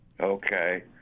Okay